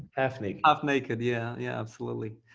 half naked. half naked, yeah yeah, absolutely.